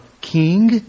king